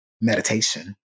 meditation